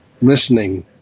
listening